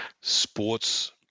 sports